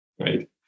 right